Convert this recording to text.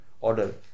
order